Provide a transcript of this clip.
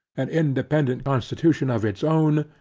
an independant constitution of it's own,